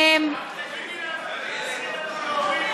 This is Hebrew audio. תעזרי לנו להוביל, משלוש שנים לשנתיים.